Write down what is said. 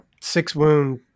six-wound